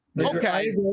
Okay